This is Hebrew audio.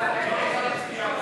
סעיף 14,